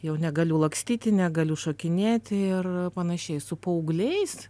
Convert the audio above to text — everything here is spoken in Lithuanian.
jau negaliu lakstyti negaliu šokinėti ir panašiai su paaugliais